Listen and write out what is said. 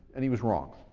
and he was wrong.